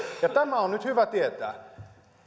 tämä on nyt hyvä tietää